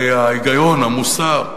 הרי ההיגיון, המוסר,